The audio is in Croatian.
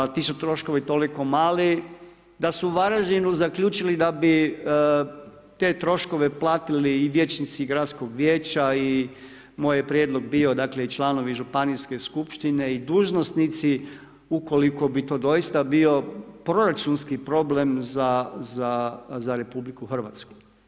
Ti su troškovi toliko mali da su Varaždinu zaključili da bi te troškove platili i vijećnici gradskog vijeća i moj prijedlog bio i članovi županijske skupštine i dužnosnici ukoliko bi to doista bio proračunski problem za RH.